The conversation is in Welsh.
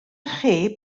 chi